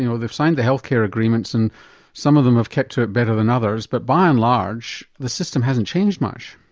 you know signed the health care agreements and some of them have kept to it better than others. but by and large the system hasn't changed much.